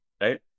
Right